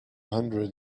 hundred